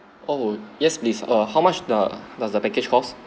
oh yes please err how much the does the package costs